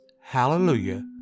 Hallelujah